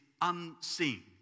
unseen